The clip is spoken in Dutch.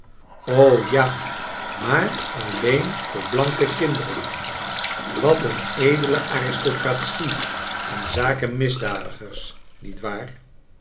ja maar alleen voor blanke kinderen wat n edele aristocratie in zake misdadigers niet waar